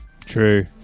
true